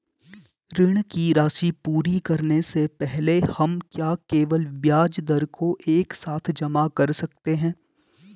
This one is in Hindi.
ऋण की राशि पूरी करने से पहले हम क्या केवल ब्याज दर को एक साथ जमा कर सकते हैं?